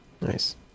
Nice